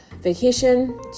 vacation